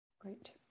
great